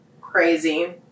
crazy